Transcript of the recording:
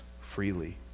freely